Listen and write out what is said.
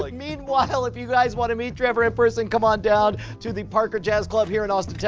like meanwhile if you guys want to meet trever in person come on down to the parker jazz club here in austin,